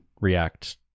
react